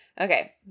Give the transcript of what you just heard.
Okay